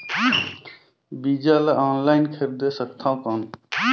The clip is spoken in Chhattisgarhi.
बीजा ला ऑनलाइन खरीदे सकथव कौन?